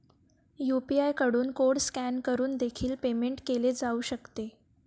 UPI कडून code scan करून देखील पेमेंट केले जाऊ शकते